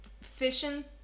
fishing